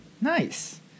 Nice